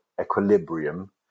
equilibrium